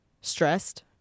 Stressed